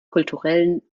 kulturellen